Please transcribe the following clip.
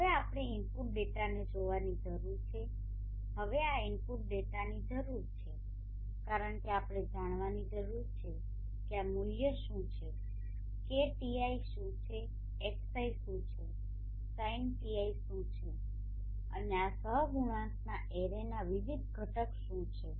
હવે આપણે ઇનપુટ ડેટાને જોવાની જરૂર છે હવે આ ઇનપુટ ડેટાની જરૂર છે કારણ કે આપણે જાણવાની જરૂર છે કે આ મૂલ્યો શું છે KTi શું છે xi શું છે sinτi શું છે અને આ સહગુણાંકના એરેનાં વિવિધ ઘટકો શું છે